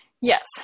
Yes